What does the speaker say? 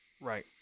Right